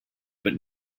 but